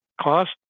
Cost